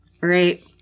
right